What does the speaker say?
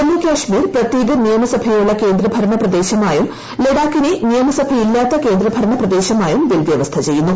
ജമ്മുകാശ്മീർ പ്രത്യേക നിയമസഭയുളള കേന്ദ്രഭരണപ്രദേശമായും ലഡാക്കിനെയും നിയമസഭയില്ലാത്ത കേന്ദ്രഭരണപ്രദേശമായും ബിൽ വ്യവസ്ഥചെയ്യുന്നു